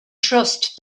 trust